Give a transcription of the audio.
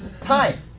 time